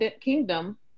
Kingdom